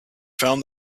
found